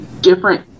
different